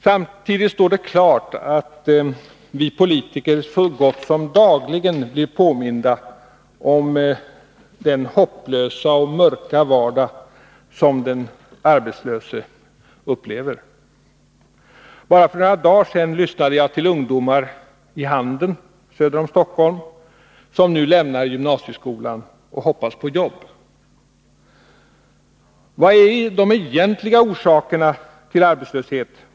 Samtidigt står det klart att vi politiker så gott som dagligen blir påminda om den hopplösa och mörka vardag som den arbetslöse upplever. Bara för några dagar sedan lyssnade jag till några ungdomar i Handen söder om Stockholm som nu lämnar gymnasieskolan och hoppas få ett jobb. Vilka är de egentliga orsakerna till arbetslösheten?